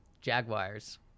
Jaguars